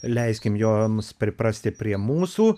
leiskime joms priprasti prie mūsų